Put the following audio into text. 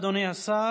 תודה, אדוני השר.